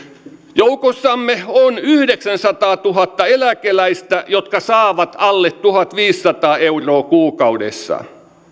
joukossamme on yhdeksänsataatuhatta eläkeläistä jotka saavat alle tuhatviisisataa euroa kuukaudessa